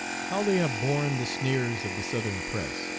how they have borne the sneers of the southern press,